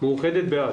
קופת חולים מאוחדת בעד,